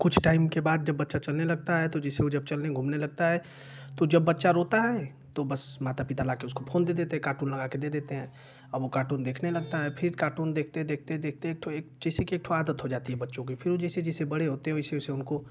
कुछ टाइम के बाद जब बच्चा चलने लगता है तो जैसे वो जब चलने घूमने लगता है तो जब बच्चा रोता है तो बस माता पिता ला कर उसको फोन दे देते हैं कार्टून लगा कर दे देते है अब वो कार्टून देखने लगता है फिर कार्टून देखते देखते देखते एक ठो एक जैसे की एक ठो आदत हो जाती है बच्चों की जैसे जैसे वो बड़े होते हैं वैसे वैसे उनको